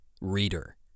reader